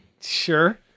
Sure